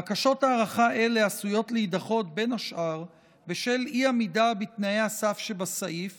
בקשות הארכה אלה עשויות להידחות בין השאר בשל אי-עמידה בתנאי הסף שבסעיף